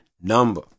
Number